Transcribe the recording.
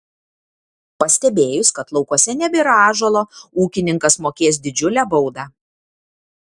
pastebėjus kad laukuose nebėra ąžuolo ūkininkas mokės didžiulę baudą